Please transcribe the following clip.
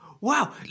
Wow